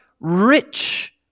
Rich